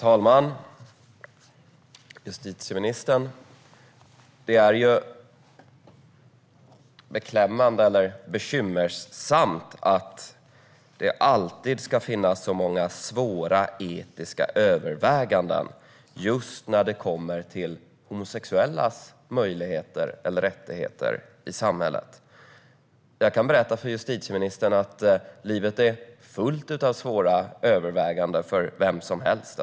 Herr talman! Det är bekymmersamt att det alltid ska finnas så många svåra etiska överväganden just när det kommer till homosexuellas möjligheter eller rättigheter i samhället. Jag kan berätta för justitieministern att livet är fullt av svåra överväganden för vem som helst.